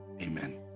amen